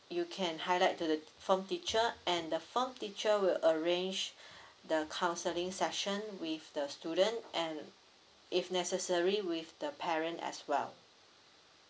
you can highlight to the form teacher and the form teacher will arrange the counseling session with the student and if necessary with the parent as well